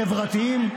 חברתיים.